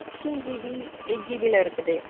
sixteen GB eight ஜிபியில் இருக்குது